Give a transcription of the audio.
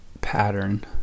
pattern